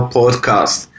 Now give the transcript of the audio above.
podcast